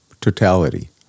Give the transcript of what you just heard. totality